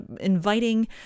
inviting